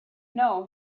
know